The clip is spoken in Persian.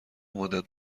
مدّت